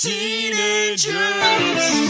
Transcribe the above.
Teenagers